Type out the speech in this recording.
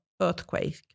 earthquake